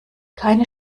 keine